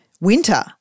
winter